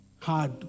Hard